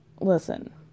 listen